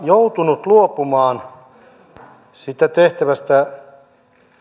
joutunut luopumaan siitä tehtävästä